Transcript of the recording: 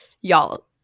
y'all